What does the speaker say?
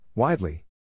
Widely